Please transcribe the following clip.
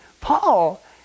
paul